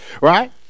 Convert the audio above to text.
right